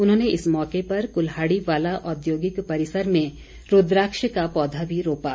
उन्होंने इस मौके पर कुलहाड़ीवाला औद्योगिक परिसर में रूद्राक्ष का पौधा भी रोपा